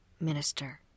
minister